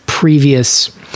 Previous